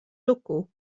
locaux